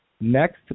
next